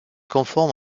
conforme